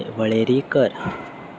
वळेरी कर